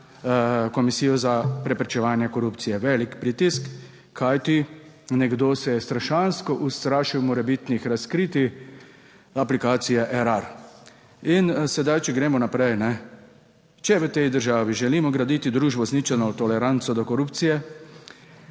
Komisijo za preprečevanje korupcije. Velik pritisk, kajti nekdo se je strašansko ustrašil morebitnih razkritij aplikacije Erar. In sedaj, če gremo naprej. Če v tej državi želimo graditi družbo z ničelno toleranco do korupcije,